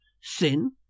sin